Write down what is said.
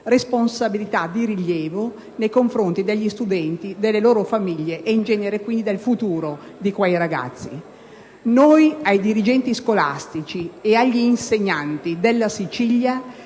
responsabilità di rilievo nei confronti degli studenti, delle loro famiglie e in genere del futuro di quei ragazzi. Rivolgiamo il nostro grazie ai dirigenti scolastici e agli insegnanti della Sicilia,